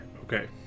Okay